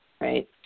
right